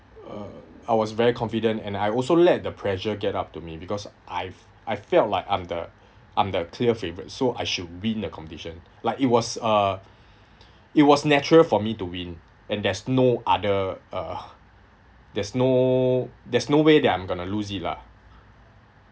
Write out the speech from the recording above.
uh I was very confident and I also let the pressure get up to me because I've I felt like I'm the I'm the clear favourite so I should win the competition like it was uh it was natural for me to win and there's no other uh there's no there's no way that I'm going to lose it lah